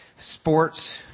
sports